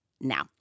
now